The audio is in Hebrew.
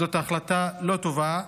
זאת החלטה לא טובה,